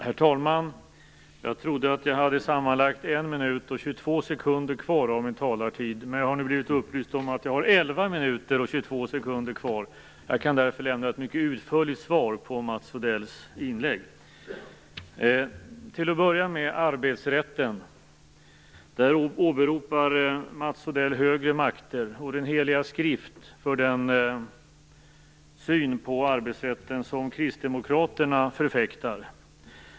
Herr talman! Jag trodde att jag hade sammanlagt 1 minut och 22 sekunder kvar av min talartid, men jag har nu blivit upplyst om att jag har 11 minuter och 22 sekunder kvar. Jag kan därför lämna ett mycket utförligt svar på Mats Odells inlägg. Till att börja med vill jag ta upp arbetsrätten. Mats Odell åberopade högre makter och den heliga skriften när det gällde den syn på arbetsrätten som Kristdemokraterna förfäktar.